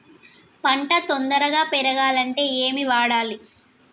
పంట తొందరగా పెరగాలంటే ఏమి వాడాలి?